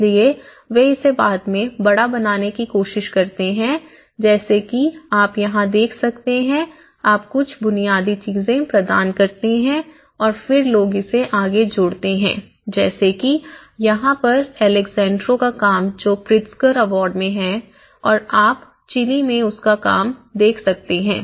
इसलिए वे इसे बाद में बड़ा बनाने की कोशिश करते हैं जैसे कि आप यहां देख सकते हैं आप कुछ बुनियादी चीजें प्रदान करते हैं और फिर लोग इसे आगे जोड़ते हैं जैसे कि यहाँ पर एलेजांद्रो का काम जो प्रित्जकर अवार्ड में है और आप चिली में उनके काम को देख सकते हैं